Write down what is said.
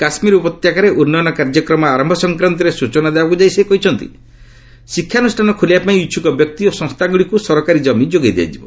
କାଶ୍ମୀର ଉପତ୍ୟକାରେ ଉନ୍ନୟନ କାର୍ଯ୍ୟକ୍ରମ ଆରମ୍ଭ ସଂକ୍ରାନ୍ତରେ ସୂଚନା ଦେବାକୁ ଯାଇ ସେ କହିଛନ୍ତି ଶିକ୍ଷାନୁଷାନ ଖୋଲିବା ପାଇଁ ଇଚ୍ଛୁକ ବ୍ୟକ୍ତି ଓ ସଂସ୍ଥାଗୁଡ଼ିକୁ ସରକାରୀ ଜମି ଯୋଗାଇ ଦିଆଯିବ